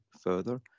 further